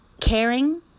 caring